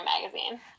Magazine